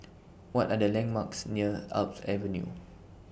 What Are The landmarks near Alps Avenue